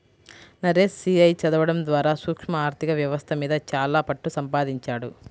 Naresh CA చదవడం ద్వారా సూక్ష్మ ఆర్ధిక వ్యవస్థ మీద చాలా పట్టుసంపాదించాడు